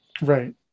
Right